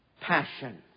passion